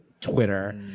Twitter